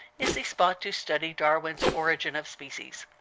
is the spot to study darwin's origin of species.